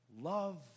Love